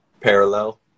Parallel